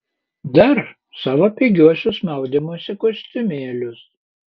dar savo pigiuosius maudymosi kostiumėlius